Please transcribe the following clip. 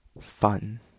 Fun